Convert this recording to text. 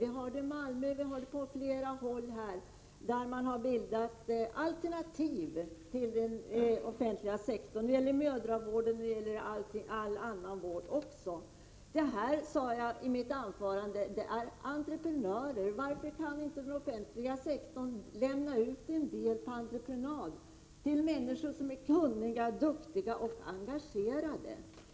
Det är vad som skett i Malmö och på flera andra håll, där man har bildat alternativ till den offentliga sektorn — det gäller mödravården och all annan vård också. Jag sade i mitt huvudanförande att de är entreprenörer. Varför kan inte den offentliga sektorn lämna ut en del på entreprenad till människor som är kunniga, duktiga och engagerade?